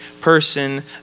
person